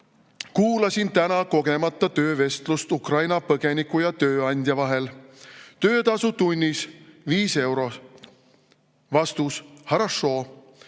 Kuulasin täna kogemata töövestlust Ukraina põgeniku ja tööandja vahel. Töötasu tunnis viis eurot. Vastus: "Horošo."